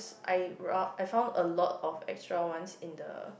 I I found a lot of extra ones in the